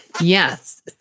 Yes